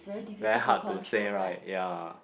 very hard to say right ya